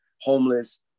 homeless